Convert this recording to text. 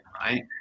right